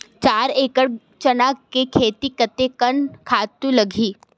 चार एकड़ चना के खेती कतेकन खातु लगही?